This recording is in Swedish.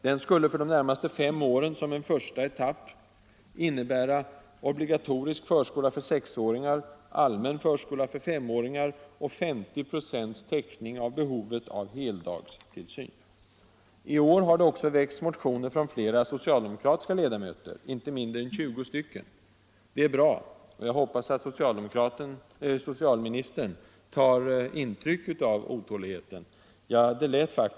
Den skulle för de närmaste fem åren, som en första etapp, innebära obligatorisk förskola för sexåringar, allmän förskola för femåringar och täckning till 50 96 av behovet av heldagstillsyn. I år har det också väckts motioner från inte mindre än 20 socialdemokratiska ledamöter. Det är bra, och jag hoppas att socialministern tar intryck av otåligheten.